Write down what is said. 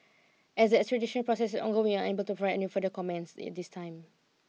as the extradition process is ongoing unable to provide any further comments at this time